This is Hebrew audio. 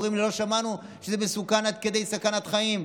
אומרים לי: לא שמענו שזה מסוכן עד כדי סכנת חיים,